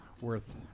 worth